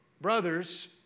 brothers